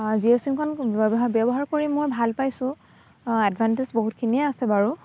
জিঅ' চিমখন ব্যৱহাৰ কৰি মই ভাল পাইছোঁ এডভানটেজ বহুতখিনিয়ে আছে বাৰু